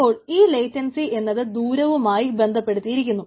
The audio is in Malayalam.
അപ്പോൾ ഈ ലേറ്റൻസി എന്നത് ദൂരവുമായി ബന്ധപ്പെടുത്തിയിരിക്കുന്നു